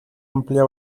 amplia